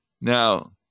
Now